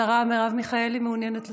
השרה מרב מיכאלי מעוניינת לסכם?